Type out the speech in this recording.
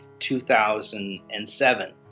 2007